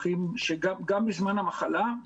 גם בזמן המחלה,